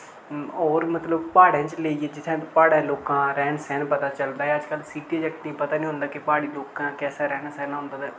और मतलब पहाड़े च लेइयै जित्थै पहाड़े लोकें दा रैह्न सैह्न पता चलदा ऐ अजकल सिटी जाकतें गी पता नि होंदा के प्हाड़ी लोकें दा कैसा रैह्ना सैह्ना होंदा ते